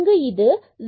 1 0